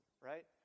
right